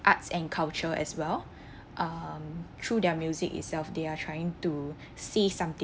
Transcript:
arts and culture as well um through their music itself they are trying to say something